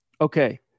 okay